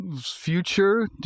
future